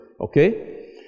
okay